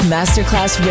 Masterclass